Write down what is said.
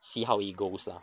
see how it goes ah